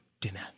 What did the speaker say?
dinner